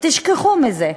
תשכחו מזה,